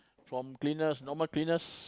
from cleaners normal cleaners